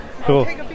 cool